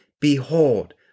Behold